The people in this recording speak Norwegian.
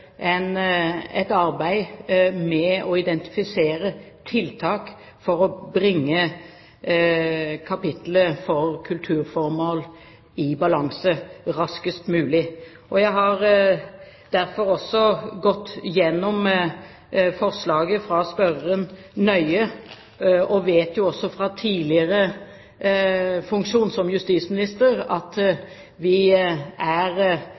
et arbeid i gang med å identifisere tiltak for å bringe kapitlet for kulturformål i balanse raskest mulig. Jeg har derfor også gått gjennom forslaget fra spørreren nøye, og jeg vet jo også fra tidligere funksjon som justisminister at vi i denne situasjonen dessverre er